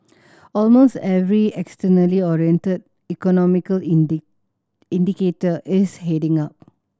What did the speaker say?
almost every externally oriented economic indicator is heading up